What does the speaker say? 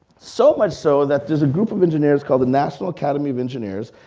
so much so that there's a group of engineers called the national academy of engineers,